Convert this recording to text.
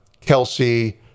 Kelsey